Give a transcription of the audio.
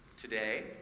today